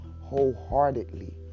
wholeheartedly